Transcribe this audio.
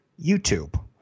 YouTube